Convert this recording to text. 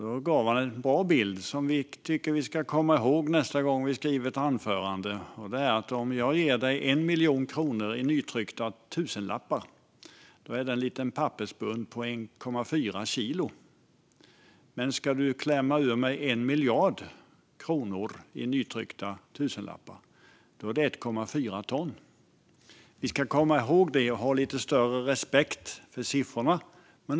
Han gav en väldigt bra bild som jag tycker att vi ska komma ihåg nästa gång vi skriver anföranden: Om jag ger dig en miljon kronor i nytryckta tusenlappar är det en liten pappersbunt på 1,4 kilo, men ska du klämma ur mig en miljard kronor i nytryckta tusenlappar är det 1,4 ton. Vi ska komma ihåg detta och ha lite större respekt för siffrorna.